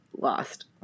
Lost